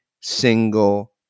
single